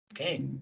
okay